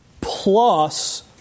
plus